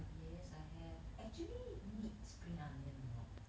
yes I have actually need spring onion or not